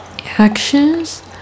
actions